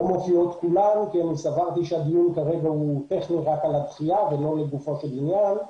מופיעות כולן כי סברתי שהדיון כרגע הוא רק על הדחייה ולא לגופו של עניין.